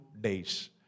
days